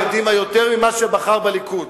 העם בחר בקדימה יותר ממה שבחר בליכוד.